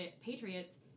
Patriots